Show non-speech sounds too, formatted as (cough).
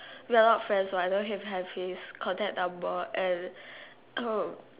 we are not friends so I don't even have his contact number and (noise)